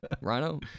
Rhino